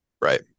right